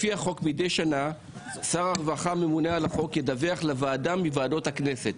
לפי החוק מדי שנה שר הרווחה הממונה על החוק ידווח לוועדה מוועדות הכנסת.